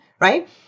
right